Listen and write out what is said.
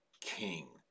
king